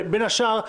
בין השאר,